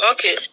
Okay